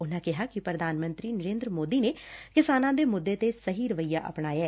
ਉਨਾਂ ਕਿਹਾ ਕਿ ਪ੍ਰਧਾਨ ਮੰਤਰੀ ਨਰੇਦਰ ਮੋਦੀ ਨੇ ਕਿਸਾਨਾਂ ਦੇ ਮੁੱਦੇ ਤੇ ਸਹੀ ਰੱਵਈਆ ਅਪਣਾਇਐ